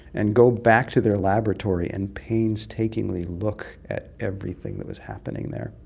and go back to their laboratory and painstakingly look at everything that was happening there.